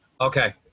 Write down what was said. Okay